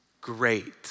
great